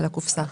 על הקופסה.